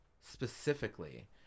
specifically